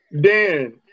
Dan